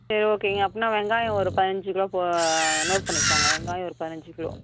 சரி ஓகேங்க அப்படின்னா வெங்காயம் ஒரு பதியஞ்சி கிலோ போ நோட் பண்ணிக்கோங்க வெங்காயம் ஒரு பதினைஞ்சு கிலோ